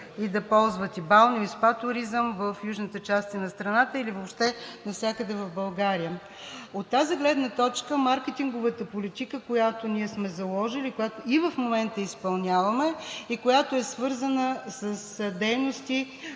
и да ползват и балнео-, и СПА туризъм в южните части на страната или въобще навсякъде в България. От тази гледна точка маркетинговата политика, която ние сме заложили и в момента изпълняваме, и която се отнася както до дейности